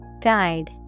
Guide